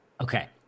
Okay